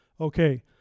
Okay